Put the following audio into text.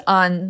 on